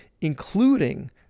including